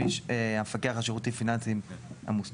מי שמפקח על שירותים פיננסים המוזכרים.